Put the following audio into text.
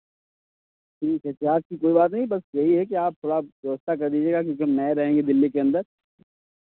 ठीक है चार्ज़ की कोई बात नहीं बस यही है कि आप थोड़ा व्यवस्था कर दीजिएगा क्योंकि हम नए रहेंगे दिल्ली के अंदर